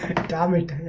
dominate